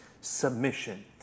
submission